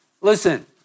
Listen